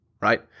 right